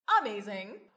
amazing